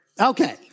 Okay